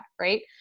Right